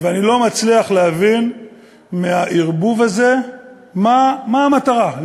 ואני לא מצליח להבין מהערבוב הזה מה, מה המטרה?